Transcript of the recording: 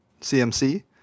CMC